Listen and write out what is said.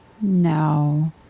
No